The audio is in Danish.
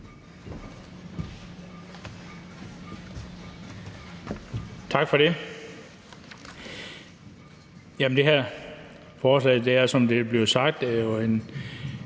Tak for det. Det her forslag er, som det er blevet sagt,